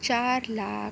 चार लाख